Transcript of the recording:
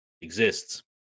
exists